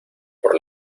por